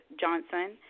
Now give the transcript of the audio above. Johnson